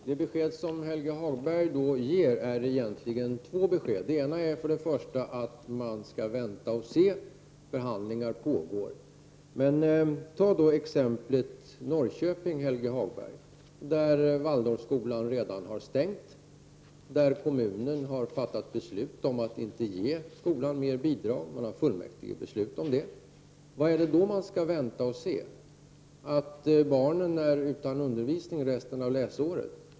Fru talman! Helge Hagberg ger beskedet att man skall vänta och se och att förhandlingar pågår. Men ta exemplet med Norrköping, Helge Hagberg, där Waldorfskolan redan har stängt och där kommunen har fattat beslut om att inte ge skolan mer bidrag. Vad innebär det då att man skall vänta och se? Är det att barnen är utan undervisning resten av läsåret?